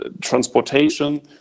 transportation